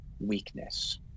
weakness